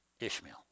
Ishmael